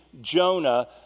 Jonah